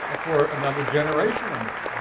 ah for another generation or more.